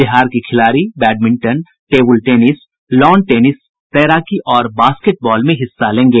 बिहार के खिलाड़ी badminton table tennis lawn tennis तैराकी और बास्केटबॉल में हिस्सा लेंगे